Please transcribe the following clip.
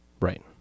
Right